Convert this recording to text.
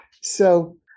So-